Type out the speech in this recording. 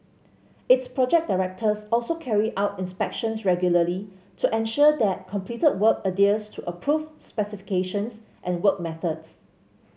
its project directors also carry out inspections regularly to ensure that completed work adheres to approved specifications and work methods